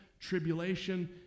tribulation